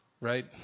Right